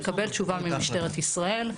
ואז לקבל תשובה ממשטרת ישראל.